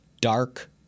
dark